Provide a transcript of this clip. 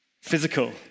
Physical